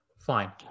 Fine